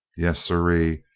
yes sirree,